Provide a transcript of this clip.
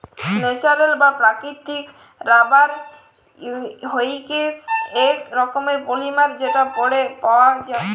natural বা প্রাকৃতিক rubber হইসেক এক রকমের পলিমার যেটা পেড় পাওয়াক যায়